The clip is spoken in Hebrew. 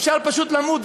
אפשר פשוט למות.